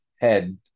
head